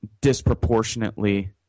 disproportionately